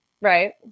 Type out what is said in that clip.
Right